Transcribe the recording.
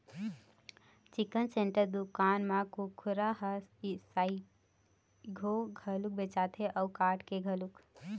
chicken centre दुकान म कुकरा ह सइघो घलोक बेचाथे अउ काट के घलोक